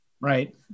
right